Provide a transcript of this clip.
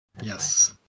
Yes